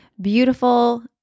beautiful